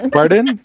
Pardon